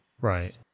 Right